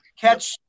catch